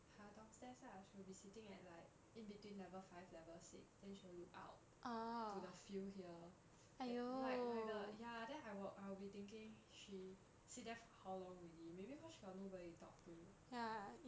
!huh! downstairs lah she will be sitting at like in between level five level six then she will look out to the field here that like like the ya then I'll I will be thinking she sit there for how long already maybe because she got nobody to talk to